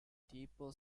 tipo